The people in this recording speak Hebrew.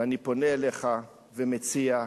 ומציע: